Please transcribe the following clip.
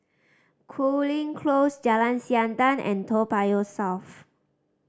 Cooling Close Jalan Siantan and Toa Payoh South